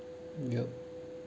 yup